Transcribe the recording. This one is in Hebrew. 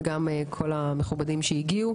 וגם בפני כל המכובדים שהגיעו.